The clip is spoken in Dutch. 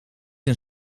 een